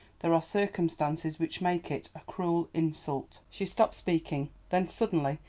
there are circumstances which make it a cruel insult! she stopped speaking, then suddenly,